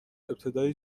ابتدای